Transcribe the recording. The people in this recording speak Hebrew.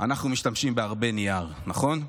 אנחנו משתמשים בהרבה נייר, נכון?